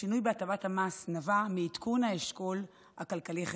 השינוי בהטבת המס נבע מעדכון האשכול הכלכלי-חברתי.